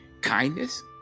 kindness